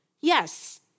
Yes